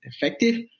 effective